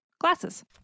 Glasses